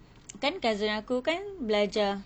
kan cousin aku kan belajar